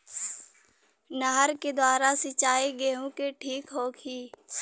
नहर के द्वारा सिंचाई गेहूँ के ठीक होखि?